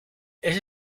ese